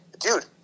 dude